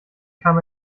kam